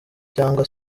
cyangwa